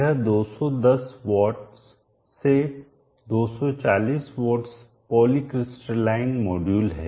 यह 210 वाट से 240 watt polycrystalline module है